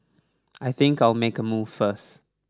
I think I'll make a move first